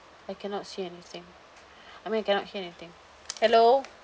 I cannot see anything I mean I cannot hear anything hello